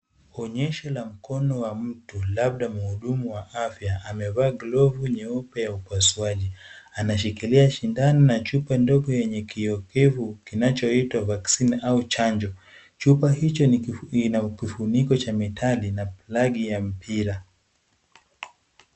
Onyesho la mkono wa mtu labda mhudumu wa afya, amevaa glovu nyeupe ya upasuaji. Anashikilia shindano na chupa ndogo yenye kioevu kinachoitwa vaccine au chanjo. Chupa hicho ina kifuniko cha metali na plagi ya mpira.